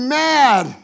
mad